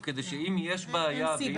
כדי שאם יש בעיה ואם יש קושי אפשר להתמודד.